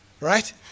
Right